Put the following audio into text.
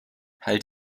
halt